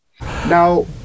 Now